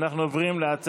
עובד אצל ליצמן?